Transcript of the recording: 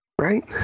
Right